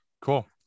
Cool